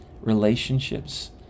relationships